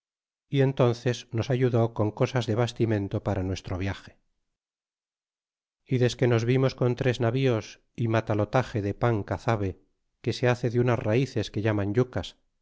y entnces nos ayudó con eosas de bastimento para aro visge y desque nos vimos con tres navios y matalotage de pan cazabe que se hace de unas ralees que llaman yucas y